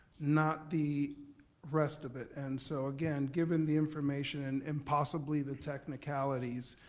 not the rest of it, and so again, given the information and possibly the technicalities,